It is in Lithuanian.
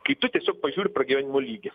kai tu tiesiog pažiūri pragyvenimo lygį